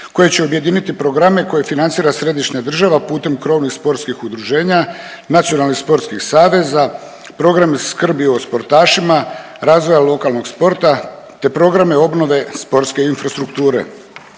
koje će objediniti programe koje financira središnja država putem krovnih sportskih udruženja, nacionalnih sportskih saveza, program skrbi o sportašima, razvoja lokalnog sporta te programe obnove sportske infrastrukture.